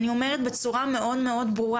אני אומרת בצורה מאוד מאוד ברורה,